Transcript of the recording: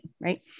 right